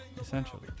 essentially